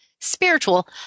spiritual